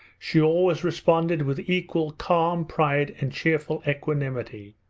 she always responded with equal calm, pride, and cheerful equanimity.